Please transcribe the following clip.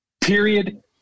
Period